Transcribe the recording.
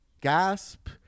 gasp